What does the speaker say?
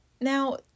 now